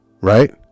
right